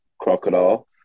Crocodile